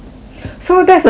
so that's a natural